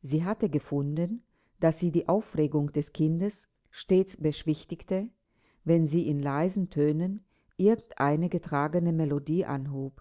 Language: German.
sie hatte gefunden daß sie die aufregung des kindes stets beschwichtigte wenn sie in leisen tönen irgend eine getragene melodie anhob